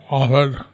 offered